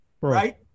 Right